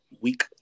week